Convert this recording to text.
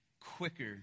quicker